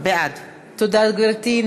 בעד תודה, גברתי.